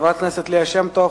חברת הכנסת ליה שמטוב,